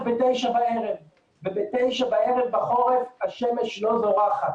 ב-9:00 בערב ובשעה 9:00 בערב בחורף השמש לא זורחת